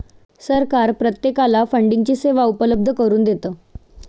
सरकार प्रत्येकाला फंडिंगची सेवा उपलब्ध करून देतं